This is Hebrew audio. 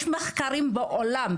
יש מחקרים בעולם,